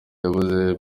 yabuze